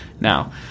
Now